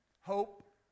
Hope